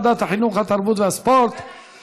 ותיכנס לספר החוקים של מדינת ישראל.